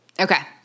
Okay